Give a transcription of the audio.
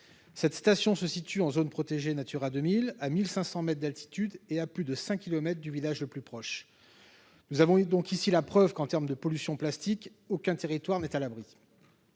cette station se situe en zone protégée Natura 2000 à 1500 mètres d'altitude et à plus de 5 kilomètres du village le plus proche, nous avons eu donc ici la preuve qu'en terme de pollution plastique aucun territoire n'est à l'abri,